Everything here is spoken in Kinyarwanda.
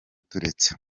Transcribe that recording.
turetse